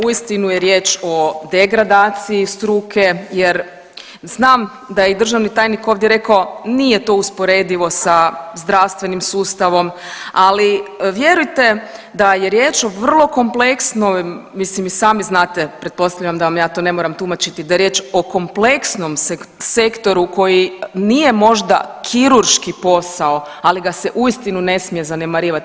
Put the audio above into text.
Uistinu je riječ o degradaciji struke jer znam da je i državni tajnik ovdje rekao nije to usporedivo sa zdravstvenim sustavom, ali vjerujte da je riječ o vrlo kompleksnoj, mislim i sami znate pretpostavljam da vam ja to ne moram tumačiti da je riječ o kompleksom sektoru koji nije možda kirurški posao, ali ga se uistinu ne smije zanemarivati.